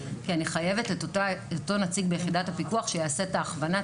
כי אני חייבת את אותו נציג ביחידת הפיקוח שייעשה את ההכוונה,